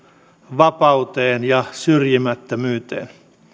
vapauteen ja syrjimättömyyteen